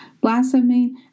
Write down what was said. blasphemy